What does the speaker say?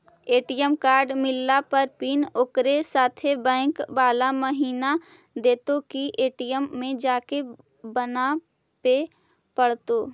ATM card मिलला पर PIN ओकरे साथे बैक बाला महिना देतै कि ए.टी.एम में जाके बना बे पड़तै?